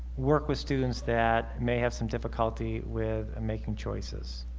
work with students that may have some difficulty with making choices